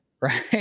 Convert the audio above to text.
Right